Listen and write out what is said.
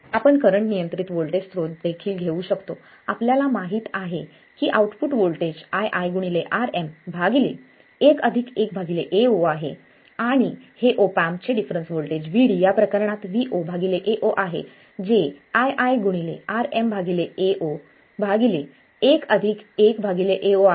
आपण करंट नियंत्रित व्होल्टेज स्त्रोत देखील घेऊ शकतो आपल्याला माहित आहे की output voltage ii Rm 1 1 Ao आहे आणि हे ऑप एम्प चे डिफरन्स व्होल्टेज Vd या प्रकरणात Vo Ao आहे जे ii Rm Ao 1 1 Ao आहे